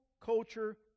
culture